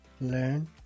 learn